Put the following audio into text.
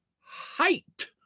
height